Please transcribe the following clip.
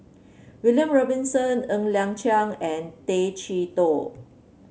William Robinson Ng Liang Chiang and Tay Chee Toh